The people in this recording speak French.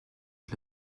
que